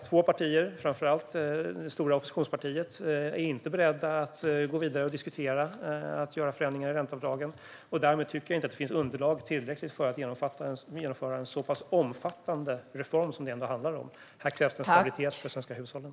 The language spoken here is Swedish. Två partier, framför allt det stora oppositionspartiet, är inte beredda att gå vidare med att diskutera förändringar i ränteavdragen. Därmed tycker jag inte att det finns tillräckligt underlag för att genomföra en så pass omfattande reform som det ändå handlar om. Här krävs det stabilitet för de svenska hushållen.